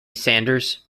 sanders